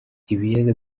ibiyaga